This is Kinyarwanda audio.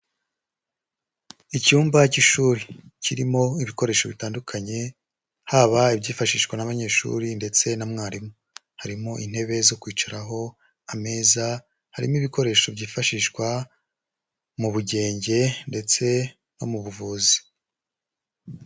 Icyumba cy'ishuri kirimo ibikoresho bitandukanye, haba ibyifashishwa n'abanyeshuri ndetse na mwarimu, harimo intebe zo kwicaraho, ameza, harimo ibikoresho byifashishwa mu bugenge ndetse no mu buvuzi.